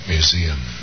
Museum